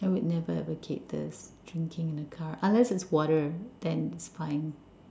I would never ever keep this drinking in a car unless it's water then it's fine